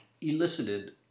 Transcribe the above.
elicited